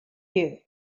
you